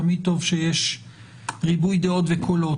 תמיד טוב שיש ריבוי דעות וקולות,